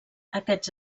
aquests